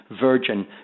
virgin